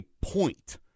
point